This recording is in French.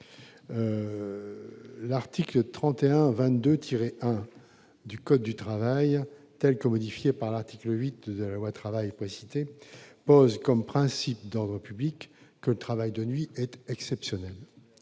L'article L. 3122-1 du code du travail, tel que modifié par l'article 8 de la loi Travail, pose comme principe d'ordre public que le travail de nuit est exceptionnel.